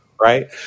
right